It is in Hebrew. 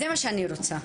זה מה שאני רוצה.